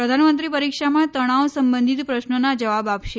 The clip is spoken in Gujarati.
પ્રધાનમંત્રી પરીક્ષામાં તણાવ સંબંધિત પ્રશ્નોના જવાબ આપશે